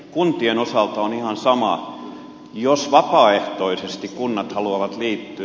kuntien osalta on ihan sama jos vapaaehtoisesti kunnat haluavat liittyä